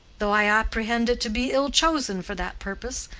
though i apprehend it to be ill-chosen for that purpose,